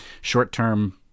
short-term